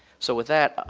so with that,